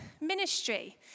ministry